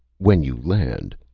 when you land.